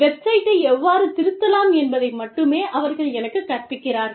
வெப்சைட்டை எவ்வாறு திருத்தலாம் என்பதை மட்டுமே அவர்கள் எனக்குக் கற்பிக்கிறார்கள்